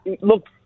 Look